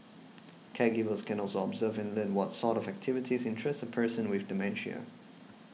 caregivers can also observe and learn what sort of activities interest a person with dementia